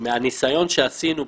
מהניסיון שעשינו,